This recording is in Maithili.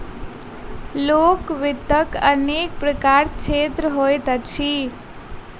लोक वित्तक अनेक प्रकारक क्षेत्र होइत अछि